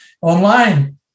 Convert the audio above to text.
online